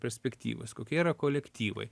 perspektyvos kokie yra kolektyvai